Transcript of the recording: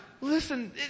listen